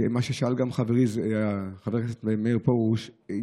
על מה ששאל גם חברי חבר הכנסת מאיר פרוש,